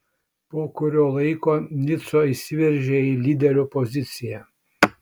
po kurio laiko nico įsiveržė į lyderio poziciją